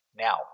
Now